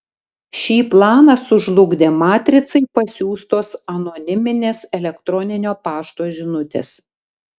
šį planą sužlugdė matricai pasiųstos anoniminės elektroninio pašto žinutės